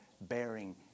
bearing